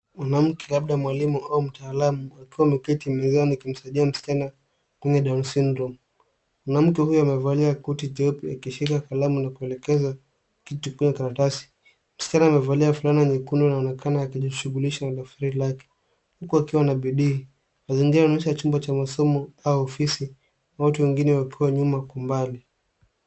Mwanamke labda mwalimu au mtaalum, akiwa ameketi mezani akimsaidia msichana mwenye down syndrome . Mwanamke huyo amevalia koti jeupe akishika kalamu na kuelekeza kitu ikiwe karatasi. Msichana amevalia vulana nyekundu na anaonekana akishughulisha na daftari lake huku akiwa na bidi. Mazingira inaonyesha chumba cha masomo au ofisi watu wengine wakiwa nyuma umbali.